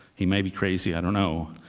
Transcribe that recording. he may be crazy, i don't know.